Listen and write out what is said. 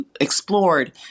explored